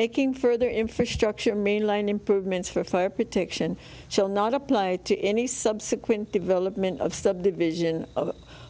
making further infrastructure mainline improvements for fire protection shall not apply to any subsequent development of subdivision of